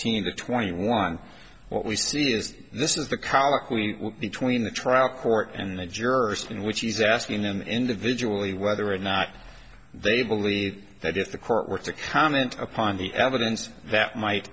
sixteen to twenty one what we see is this is the colloquy between the trial court and the jurors in which he's asking them individually whether or not they believe that if the court were to comment upon the evidence that might